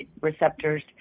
receptors